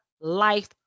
life